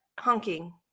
honking